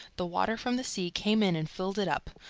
the water from the sea came in and filled it up,